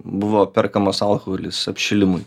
buvo perkamas alkoholis apšilimui